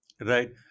Right